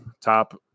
top